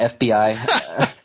FBI